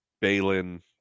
Balin